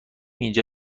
اینجا